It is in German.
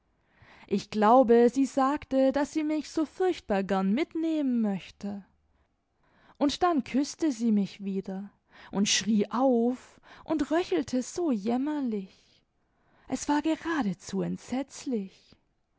ich glaube sie sagte daß sie mich so furchtbar gern mitnehmen möchte und dann küßte sie mich wieder imd schrie auf und röchelte so jämmerlich es war geradezu entsetzlich